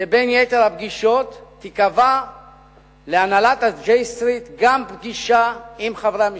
שבין יתר הפגישות תיקבע להנהלת ה-J Street גם פגישה עם חברי המשלחת.